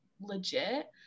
legit